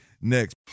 next